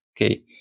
Okay